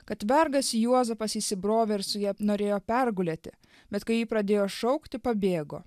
kad vergas juozapas įsibrovė ir su ja norėjo pergulėti bet kai ji pradėjo šaukti pabėgo